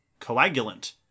coagulant